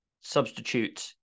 substitute